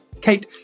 Kate